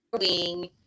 wing